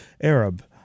Arab